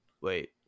Wait